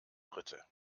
dritte